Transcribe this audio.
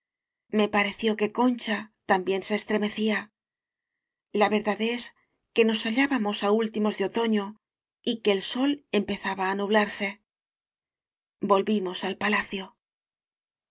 me pareció que concha también se estremecía la verdad es que nos hallábamos á últimos de otoño y que el sol empezaba á nublarse volvimos al palacio